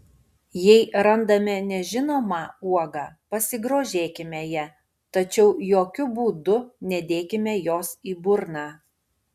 jei randame nežinomą uogą pasigrožėkime ja tačiau jokiu būdu nedėkime jos į burną